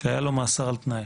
כי היה לו מאסר על תנאי